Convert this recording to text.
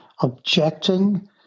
objecting